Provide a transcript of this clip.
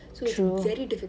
true